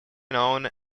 known